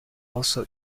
also